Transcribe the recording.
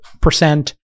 percent